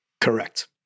Correct